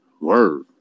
Word